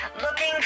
looking